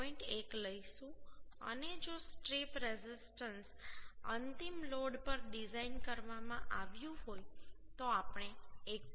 1 લઈશું અને જો સ્ટ્રીપ રેઝિસ્ટન્સ અંતિમ લોડ પર ડિઝાઇન કરવામાં આવ્યું હોય તો આપણે 1